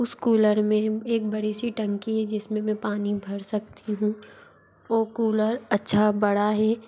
उस कूलर में एक बड़ी सी टंकी हे जिस में में पानी भर सकती हूँ और कूलर अच्छा बड़ा हे